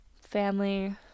Family